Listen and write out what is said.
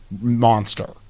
monster